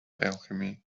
alchemy